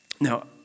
Now